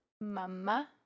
Mama